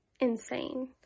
insane